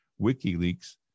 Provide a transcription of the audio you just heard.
WikiLeaks